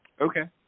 Okay